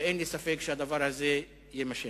ואין לי ספק שהדבר הזה יימשך.